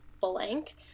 blank